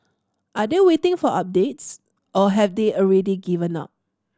are they waiting for updates or have they already given up